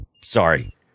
Sorry